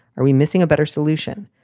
are we missing a better solution?